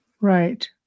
Right